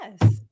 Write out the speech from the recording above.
Yes